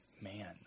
man